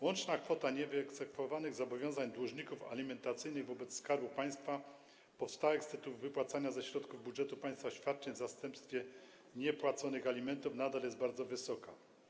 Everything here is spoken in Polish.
Łączna kwota niewyegzekwowanych zobowiązań dłużników alimentacyjnych wobec Skarbu Państwa powstałych z tytułu wypłacania ze środków budżetu państwa świadczeń w zastępstwie niepłaconych alimentów nadal jest bardzo wysoka.